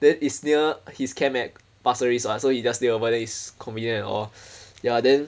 then it's near his camp at pasir ris what so he just stayover then is convenient and all ya then